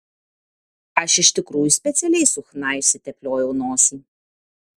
aš iš tikrųjų specialiai su chna išsitepliojau nosį